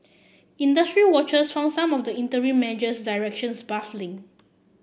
industry watchers found some of the interim measures directions baffling